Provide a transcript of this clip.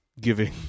giving